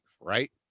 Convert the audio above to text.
right